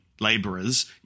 laborers